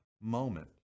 moment